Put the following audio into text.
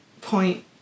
point